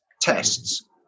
tests